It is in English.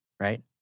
Right